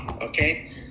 okay